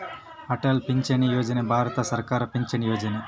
ಅಟಲ್ ಪಿಂಚಣಿ ಯೋಜನೆ ಭಾರತ ಸರ್ಕಾರದ ಪಿಂಚಣಿ ಯೊಜನೆ